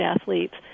athletes